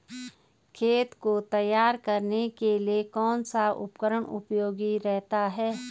खेत को तैयार करने के लिए कौन सा उपकरण उपयोगी रहता है?